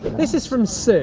this is from so